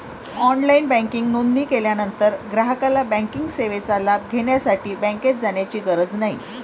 online banking नोंदणी केल्यानंतर ग्राहकाला बँकिंग सेवेचा लाभ घेण्यासाठी बँकेत जाण्याची गरज नाही